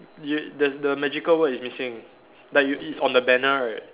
y~ there's the magical word is missing like you it's on the banner right